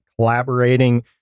collaborating